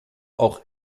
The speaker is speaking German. auch